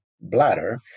bladder